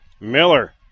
Miller